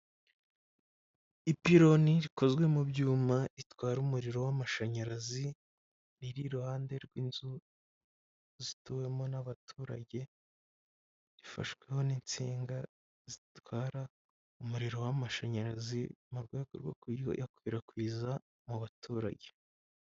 Ipironi rikozwe mu byuma bitwara umuriro w'amashanyarazi, riri iruhande rw'inzu zituwemo n'abaturage, zifashweho n'insinga zitwara umuriro w'amashanyarazi mu rwego rwo kuyakwirakwiza mu baturage.